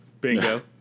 Bingo